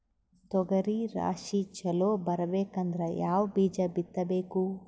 ತೊಗರಿ ರಾಶಿ ಚಲೋ ಬರಬೇಕಂದ್ರ ಯಾವ ಬೀಜ ಬಿತ್ತಬೇಕು?